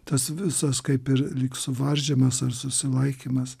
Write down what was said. tas visas kaip ir lyg suvaržymas ar susilaikymas